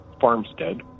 farmstead